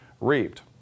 reaped